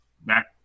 back